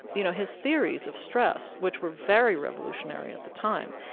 you know, his theories of stress, which were very revolutionary at the time.